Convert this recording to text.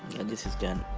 and this is done.